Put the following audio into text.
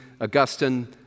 Augustine